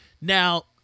Now